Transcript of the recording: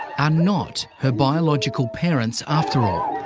are not her biological parents after all.